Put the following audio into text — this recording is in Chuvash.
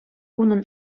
унӑн